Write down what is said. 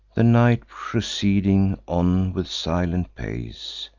the night, proceeding on with silent pace,